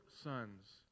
sons